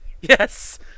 Yes